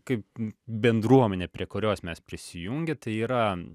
kaip bendruomenė prie kurios mes prisijungę tai yra